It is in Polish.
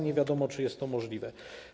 Nie wiadomo, czy jest to możliwe.